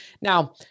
Now